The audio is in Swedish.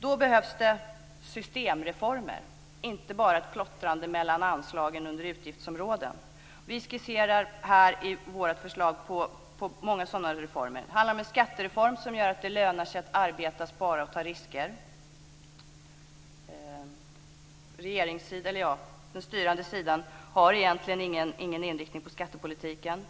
Då behövs det systemreformer, inte bara ett plottrande mellan anslagen under utgiftsområden. Vi skisserar i vårt förslag många sådana reformer. Det handlar om en skattereform som gör att det lönar sig att arbeta, spara och ta risker. Den styrande sidan har egentligen ingen inriktning på skattepolitiken.